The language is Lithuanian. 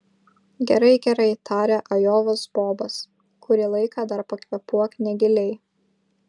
gerai gerai tarė ajovos bobas kurį laiką dar pakvėpuok negiliai